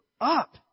up